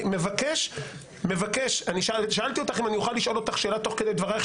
אני שאלתי אותך אם אני אוכל לשאול אותך שאלה תוך כדי דברייך,